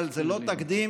אבל זה לא תקדים,